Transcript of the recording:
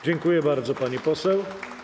Dziękuję bardzo, pani poseł.